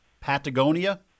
Patagonia